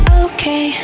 okay